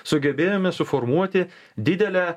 sugebėjome suformuoti didelę